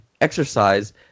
Exercise